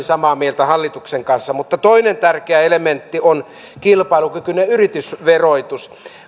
samaa mieltä hallituksen kanssa mutta toinen tärkeä elementti on kilpailukykyinen yritysverotus